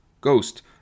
Ghost